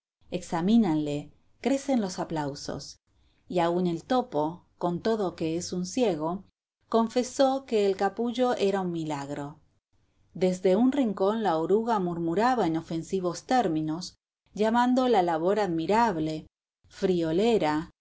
examínanle crecen los aplausos y aun el topo con todo que es un ciego confesó que el capullo era un milagro desde un rincón la oruga murmuraba en ofensivos términos llamando la labor admirable friolera